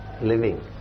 living